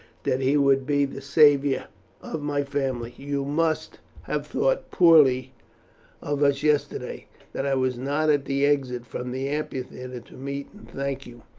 that he would be the saviour of my family? you must have thought poorly of us yesterday that i was not at the exit from the amphitheatre to meet and thank you.